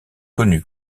connu